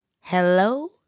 Hello